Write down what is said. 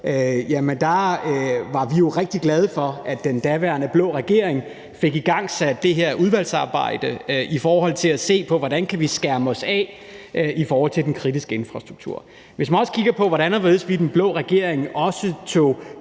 ordfører, er rigtig glade for, at den daværende blå regering fik igangsat det her udvalgsarbejde med at se på, hvordan vi kan skærme os af i forhold til den kritiske infrastruktur. Hvis man også kigger på, hvordan og hvorledes vi i den blå regering også tog